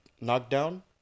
knockdown